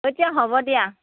অঁ তে হ'ব দিয়া